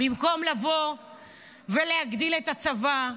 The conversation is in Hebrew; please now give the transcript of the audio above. במקום לבוא ולהגדיל את הצבא,